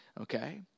okay